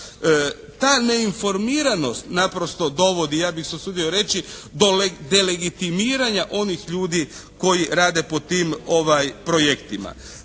Ta neinformiranost naprosto dovodi ja bih se usudio reći do delegitimiranja onih ljudi koji rade po tim projektima.